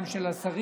גם של השרים,